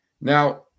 Now